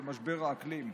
למשבר האקלים.